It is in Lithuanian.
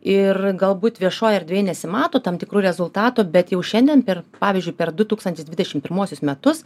ir galbūt viešoj erdvėj nesimato tam tikrų rezultatų bet jau šiandien per pavyzdžiui per du tūkstantis dvidešim pirmuosius metus